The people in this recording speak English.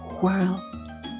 whirl